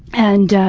and